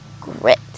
grit